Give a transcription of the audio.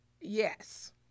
yes